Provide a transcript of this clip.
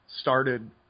started